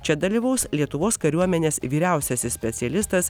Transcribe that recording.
čia dalyvaus lietuvos kariuomenės vyriausiasis specialistas